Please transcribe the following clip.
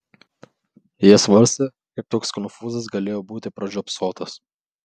jie svarstė kaip toks konfūzas galėjo būti pražiopsotas